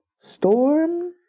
Storm